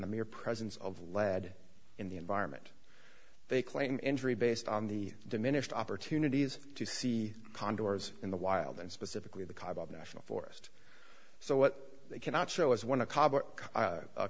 the mere presence of lead in the environment they claim injury based on the diminished opportunities to see conjurers in the wild and specifically the cobb national forest so what they cannot show is one